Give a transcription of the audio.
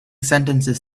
sentences